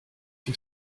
que